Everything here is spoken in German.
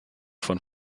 von